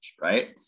right